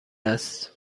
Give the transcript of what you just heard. است